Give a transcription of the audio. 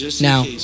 Now